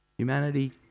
Humanity